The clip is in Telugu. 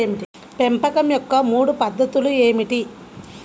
పెంపకం యొక్క మూడు పద్ధతులు ఏమిటీ?